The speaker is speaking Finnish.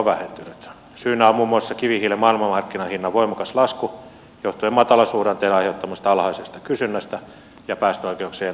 syynä on muun muassa kivihiilen maailmanmarkkinahinnan voimakas lasku johtuen matalasuhdanteen aiheuttamasta alhaisesta kysynnästä ja päästöoikeuksien alhaisesta hinnasta